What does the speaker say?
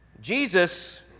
Jesus